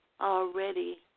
already